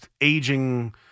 aging